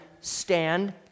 stand